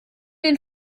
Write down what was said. den